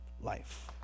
life